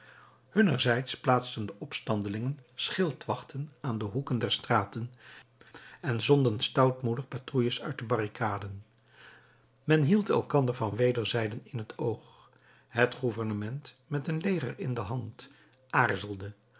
hunnerzijds plaatsten de opstandelingen schildwachten aan de hoeken der straten en zonden stoutmoedig patrouilles uit de barricaden men hield elkander van wederzijden in het oog het gouvernement met een leger in de hand aarzelde